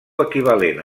equivalent